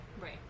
Right